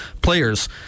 Players